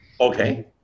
Okay